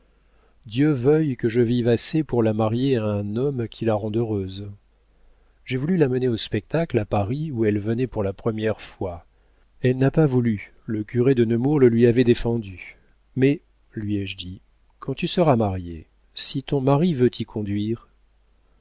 dieu veuille que je vive assez pour la marier à un homme qui la rende heureuse j'ai voulu la mener au spectacle à paris où elle venait pour la première fois elle n'a pas voulu le curé de nemours le lui avait défendu mais lui ai-je dit quand tu seras mariée si ton mari veut t'y conduire